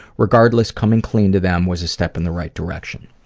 regardless, coming clean to them was a step in the right direction.